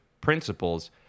principles